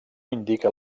indica